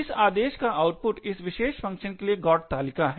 इस आदेश का आउटपुट इस विशेष फ़ंक्शन के लिए GOT तालिका है